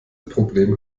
problem